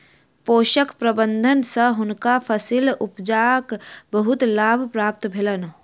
पोषक प्रबंधन सँ हुनका फसील उपजाक बहुत लाभ प्राप्त भेलैन